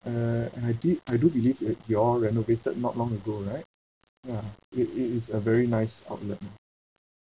uh I did I do believe it you all renovated not long ago right ya it it is a very nice outlet lah